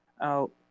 out